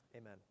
Amen